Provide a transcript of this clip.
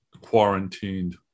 quarantined